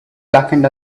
blackened